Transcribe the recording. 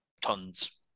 Tons